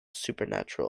supernatural